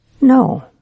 No